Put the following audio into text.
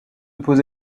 pose